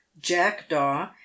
jackdaw